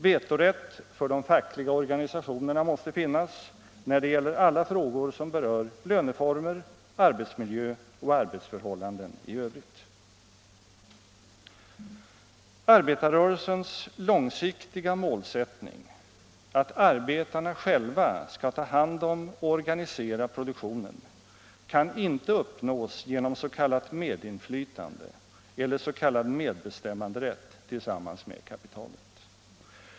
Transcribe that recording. Vetorätt för de fackliga organisationerna måste finnas när det gäller alla frågor som berör löneformer, arbetsmiljö och arbetsförhållanden i övrigt. Arbetarrörelsens långsiktiga målsättning — att arbetarna själva skall ta hand om och organisera produktionen — kan inte uppnås genom s.k. medinflytande eller s.k. medbestämmanderätt tillsammans med kapitalet.